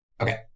Okay